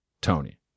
Tony